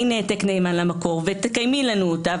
הינה העתק נאמן למקור תקיימי לנו אותה",